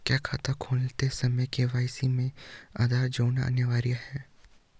क्या खाता खोलते समय के.वाई.सी में आधार जोड़ना अनिवार्य है?